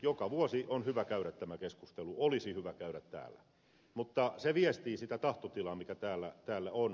joka vuosi on hyvä käydä tämä keskustelu olisi hyvä käydä täällä mutta se viestii sitä tahtotilaa mikä täällä on